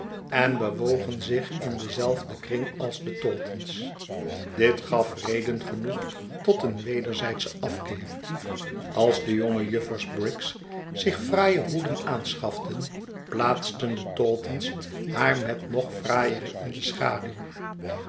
en bewogen zich in denzelfden kring als de taunton's ditgaf reden genoeg tot een wederzijdschen afkeer als de jonge juffers briggs zich fraaie hoeden aanschaften plaatsten de taunton's haar met nog fraaiere in de schaduw